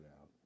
out